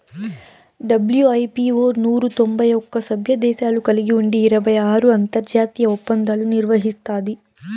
WIPO నూరు తొంభై ఒక్క సభ్యదేశాలు కలిగి ఉండి ఇరవై ఆరు అంతర్జాతీయ ఒప్పందాలు నిర్వహిస్తాది